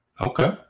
Okay